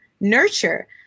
nurture